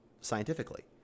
scientifically